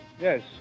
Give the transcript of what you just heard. Yes